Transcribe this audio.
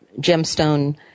gemstone